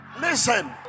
Listen